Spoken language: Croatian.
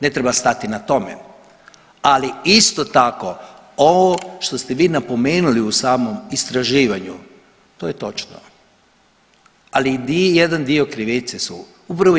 Ne treba stati na tome, ali isto tako ovo što ste vi napomenuli u samom istraživanju to je točno, ali jedan dio krivice su upravo JLS.